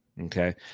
Okay